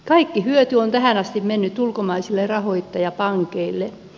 kaikki hyöty on tähän asti mennyt ulkomaisille rahoittajapankeille